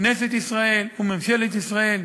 כנסת ישראל וממשלת ישראל,